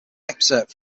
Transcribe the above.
excerpt